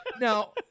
Now